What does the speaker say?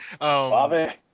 Bobby